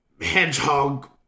Hedgehog